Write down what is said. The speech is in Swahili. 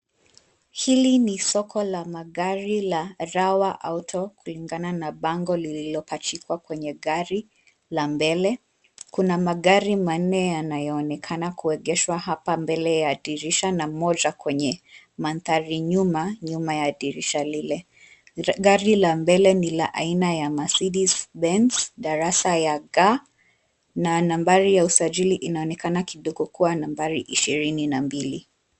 Hili ni soko la magari la Rawa Auto kulingana na bango lililopachikwa kwenye gari la mbele. Kuna magari manne yanayoonekana kuegeshwa hapa mbele ya dirisha na moja kwenye mandhari nyuma, nyuma ya dirisha lile. Gari la mbele ni la aina ya Mercedes Benz darasa ya G na nambari ya usajili inaonekana kidogo kuwa nambari ishirini na mbili.